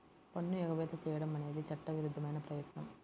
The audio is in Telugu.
పన్ను ఎగవేత చేయడం అనేది చట్టవిరుద్ధమైన ప్రయత్నం